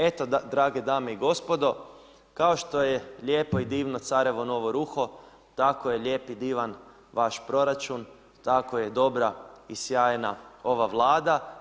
Eto drage dame i gospodo, kao što je lijepo i divno carevo novo ruho, tako je lijep i divan vaš proračun, tako je dobra i sjajna ova Vlada.